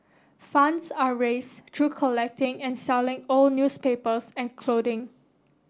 funds are raised through collecting and selling old newspapers and clothing